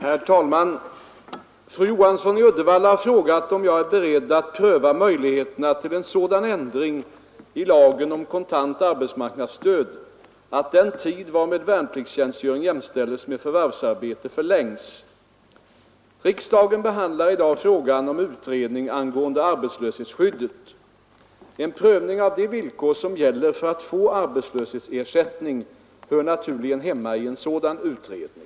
Herr talman! Fru Johansson i Uddevalla har frågat om jag är beredd att pröva möjligheterna till en sådan ändring i lagen om kontant arbetsmarknadsstöd att den tid varmed värnpliktstjänstgöring jämställes med förvärvsarbete förlängs. Riksdagen behandlar i dag frågan om utredning angående arbetslöshetsskyddet. En prövning av de villkor som gäller för att få arbetslöshetsersättning hör naturligen hemma i en sådan utredning.